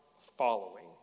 following